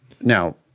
Now